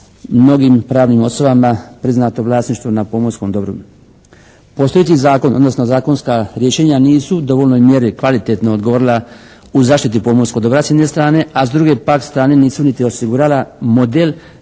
mnogim pravnim osobama priznato vlasništvo na pomorskom dobru. Postojeći zakon, odnosno zakonska rješenja nisu u dovoljnoj mjeri kvalitetno odgovorila u zaštiti pomorskog dobra s jedne strane, a s druge pak strane nisu niti osigurala model